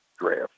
draft